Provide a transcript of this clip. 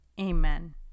Amen